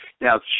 Now